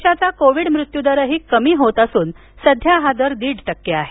देशाचा कोविड मृत्यूदरही कमी होत असून सध्या हा दर दीड टक्के आहे